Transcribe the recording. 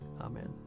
Amen